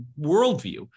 worldview